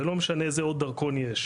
זה לא משנה איזה עוד דרכון יש.